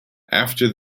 after